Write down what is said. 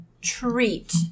treat